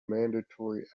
mandatory